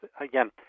again